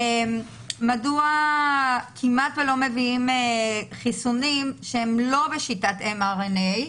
מדוע כמעט שלא מביאים חיסונים שהם לא בשיטת mRNA,